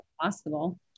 possible